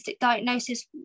diagnosis